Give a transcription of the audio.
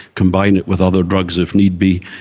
combine it with other drugs if need be.